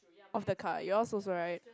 of the car yours also right